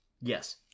yes